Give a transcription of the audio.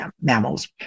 mammals